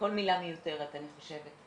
שכל מילה מיותר, אנחנו איתך,